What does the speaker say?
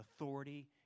authority